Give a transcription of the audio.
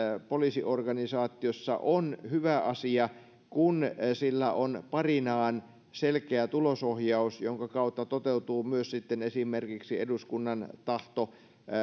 poliisiorganisaatiossa on hyvä asia kun sillä on parinaan selkeä tulosohjaus jonka kautta toteutuu myös esimerkiksi eduskunnan tahto